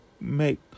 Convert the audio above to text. make